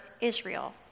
israel